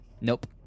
Nope